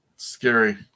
Scary